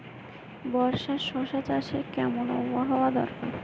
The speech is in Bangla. বর্ষার শশা চাষে কেমন আবহাওয়া দরকার?